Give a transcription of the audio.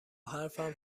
حرفم